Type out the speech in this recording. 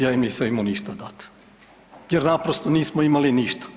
Ja im nisam imao ništa dati, jer naprosto nismo imali ništa.